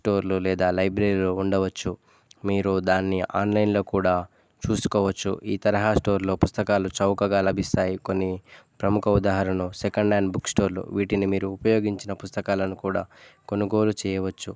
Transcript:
book స్టోర్లు లేదా లైబ్రరీలో ఉండవచ్చు మీరు దాన్ని ఆన్లైన్లో కూడా చూసుకోవచ్చు ఈ తరహా స్టోర్లో పుస్తకాలు చౌకగా లభిస్తాయి కొన్ని ప్రముఖ ఉదాహరణ సెకండ్ హ్యాండ్ బుక్ స్టోర్లు వటిని మీరు ఉపయోగించిన పుస్తకాలను కూడా కొనుగోలు చేయవచ్చు